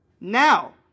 now